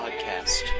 podcast